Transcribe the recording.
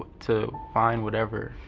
to find whatever